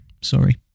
Sorry